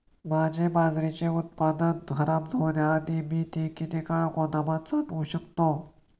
माझे बाजरीचे उत्पादन खराब होण्याआधी मी ते किती काळ गोदामात साठवू शकतो?